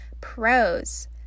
Pros